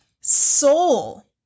soul